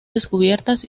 descubiertas